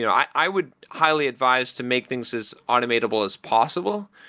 yeah i would highly advise to make things as automatable as possible,